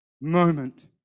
moment